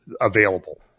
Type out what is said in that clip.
available